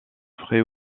frais